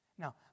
Now